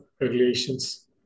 regulations